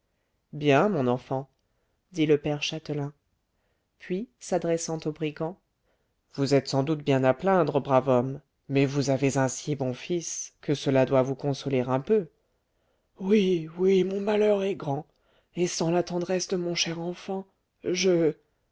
bien mon enfant dit le père châtelain puis s'adressant au brigand vous êtes sans doute bien à plaindre brave homme mais vous avez un si bon fils que cela doit vous consoler un peu oui oui mon malheur est grand et sans la tendresse de mon cher enfant je